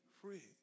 free